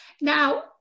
Now